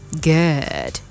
good